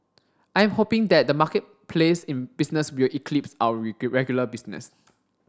I am hoping that the marketplace business will eclipse our regular business